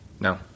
No